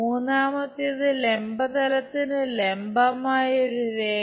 മൂന്നാമത്തേത് ലംബ തലത്തിന് ലംബമായി ഒരു രേഖ